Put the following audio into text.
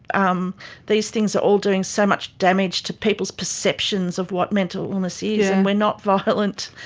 um these things are all doing so much damage to people's perceptions of what mental illness is, and we are not violent.